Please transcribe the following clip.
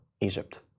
Egypt